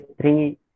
three